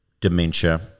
dementia